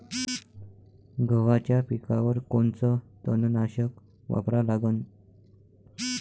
गव्हाच्या पिकावर कोनचं तननाशक वापरा लागन?